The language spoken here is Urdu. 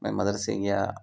میں مدرسے گیا